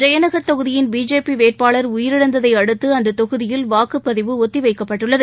ஜெயநக் தொகுதியின் பிஜேபி வேட்பாள் உயிரிழந்ததை அடுத்து அந்த தொகுதியில் வாக்குபதிவு ஒத்தி வைக்கப்பட்டுள்ளது